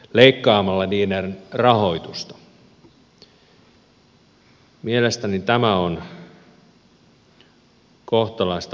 mielestäni tämä on kohtalaista vastuun pakoilua